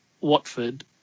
Watford